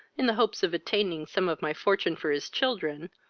in the hopes of obtaining some of my fortune for his children,